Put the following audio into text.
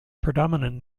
predominant